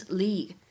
league